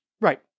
Right